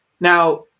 Now